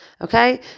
okay